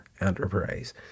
Enterprise